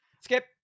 Skip